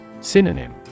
Synonym